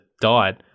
died